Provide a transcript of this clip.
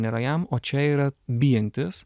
nėra jam o čia yra bijantis